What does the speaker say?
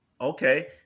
Okay